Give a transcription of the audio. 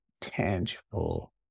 tangible